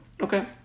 Okay